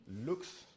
looks